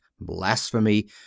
blasphemy